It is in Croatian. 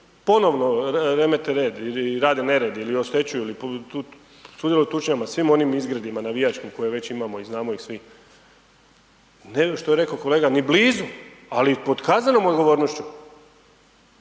ponovno remete red ili rade nered ili oštećuju, sudjeluju u tučnjavama, svim onim izgredima navijačkim koje već imamo i znamo ih svi. Ne, što je rekao kolega, ni blizu, ali pod kaznenom odgovornošću.